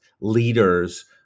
leaders